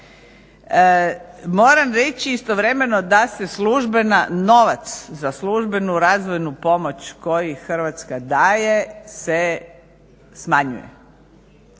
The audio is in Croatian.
Moram reći istovremeno da se novac za službenu razvojnu pomoć koji Hrvatska daje se smanjuje